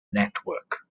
network